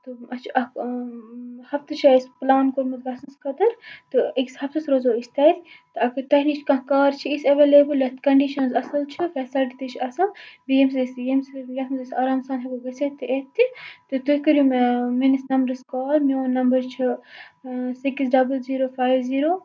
تہٕ اَسہِ چھُ اکھ ہَفتہٕ چھُ اَسہِ پلان کوٚرمُت گَژھنَس خٲطرٕ تہٕ اکس ہَفتَس روزو أسۍ تَتہ تہٕ اگر تۄہہِ نِش کانٛہہ کار چھِ یِژھ ایٚولیبٕل یَتھ کَنڈِشَنٕز اصل چھِ فیسلٹی تہِ چھِ اصل بیٚیہِ یمہ سۭتۍ أسۍ یتھ منٛز أسۍ آرام سان ہیٚکو گٔژھِتھ تہِ یِتھ تہِ تہٕ تُہۍ کٔرِو مےٚ مٲنِس نَمبرس کال میون نَمبَر چھُ six double zero five zero